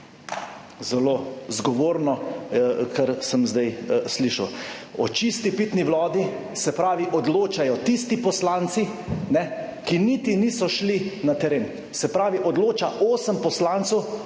Zelo zgovorno, kar sem zdaj slišal. O čisti pitni vodi, se pravi, odločajo tisti poslanci, ne, ki niti niso šli na teren, se pravi, odloča osem poslancev